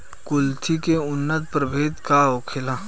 कुलथी के उन्नत प्रभेद का होखेला?